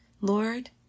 Lord